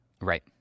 right